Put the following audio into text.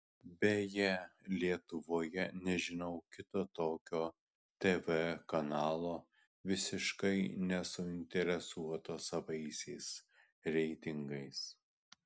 beje lietuvoje nežinau kito tokio tv kanalo visiškai nesuinteresuoto savaisiais reitingais